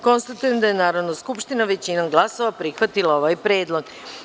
Konstatujem da je Narodna skupština većinom glasova prihvatila ovaj predlog.